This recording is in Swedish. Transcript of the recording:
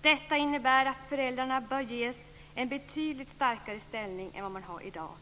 Detta innebär att föräldrarna bör ges en betydligt starkare ställning än i dag.